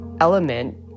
element